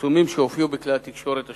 הפרסומים שהופיעו בכלי התקשורת השונים,